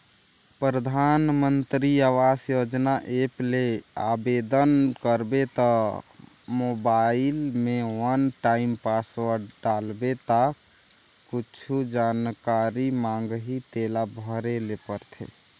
परधानमंतरी आवास योजना ऐप ले आबेदन करबे त मोबईल में वन टाइम पासवर्ड डालबे ता कुछु जानकारी मांगही तेला भरे ले परथे